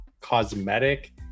cosmetic